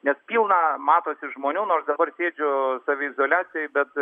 nes pilna matosi žmonių nors dabar sėdžiu saviizoliacijoj bet